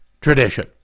tradition